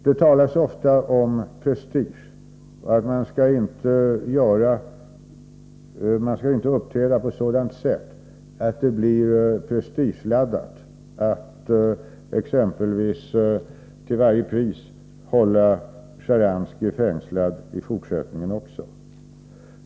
Det talas ofta om prestige och att man inte skall uppträda på sådant sätt att det blir prestigeladdat att exempelvis till varje pris hålla Sjtjaranskij fängslad i fortsättningen också.